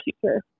future